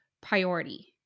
priority